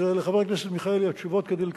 אז לחבר הכנסת מיכאלי, התשובות כדלקמן: